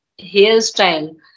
hairstyle